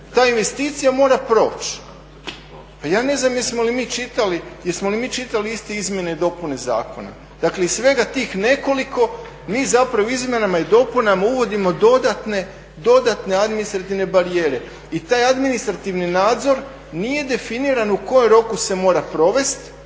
ta investicija mora proći. Pa ja ne znam jesmo li mi čitali iste izmjene i dopune zakona. Dakle iz svega tih nekoliko mi zapravo izmjenama i dopunama uvodimo dodatne administrativne barijere. I taj administrativni nadzor nije definiran u kojem roku se mora provesti